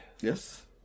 Yes